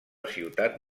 ciutat